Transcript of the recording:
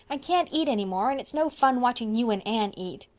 i can't eat any more, and it's no fun watching you and anne eat.